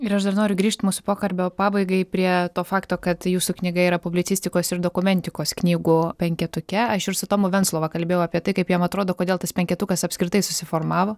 ir aš dar noriu grįžt mūsų pokalbio pabaigai prie to fakto kad jūsų knyga yra publicistikos ir dokumentikos knygų penketuke aš ir su tomu venclova kalbėjau apie tai kaip jam atrodo kodėl tas penketukas apskritai susiformavo